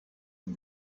and